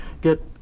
Get